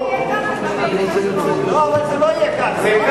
אבל אם זה יהיה כך,